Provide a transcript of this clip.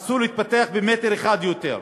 אסור להתפתח במטר אחד יותר.